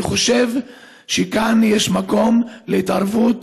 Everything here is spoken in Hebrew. אני חושב שכאן יש מקום להתערבות